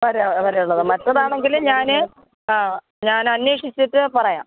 മറ്റേതാണെങ്കില് ഞാന് ആ ഞാൻ അന്വേഷിച്ചിട്ടു പറയാം